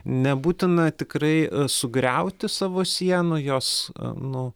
nebūtina tikrai sugriauti savo sienų jos nu